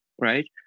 right